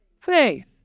faith